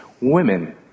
women